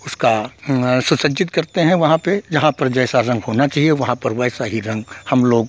उसका हुं सुसज्जित करते हैं वहाँ पर जहाँ पर जैसा रंग होना चाहिए वहाँ पर वैसा ही रंग हम लोग